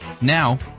Now